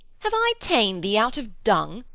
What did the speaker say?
have i ta'en thee out of dung,